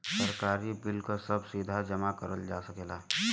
सरकारी बिल कर सभ सीधा जमा करल जा सकेला